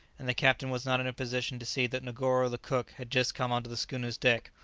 and the captain was not in a position to see that negoro the cook had just come on to the schooner's deck,